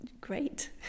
great